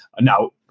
now